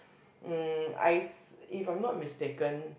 mm I've if I'm not mistaken